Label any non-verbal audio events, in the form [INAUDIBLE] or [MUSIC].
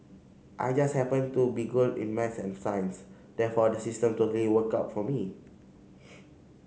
I just happened to be good in maths and science therefore the system totally worked out for me [NOISE]